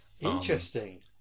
Interesting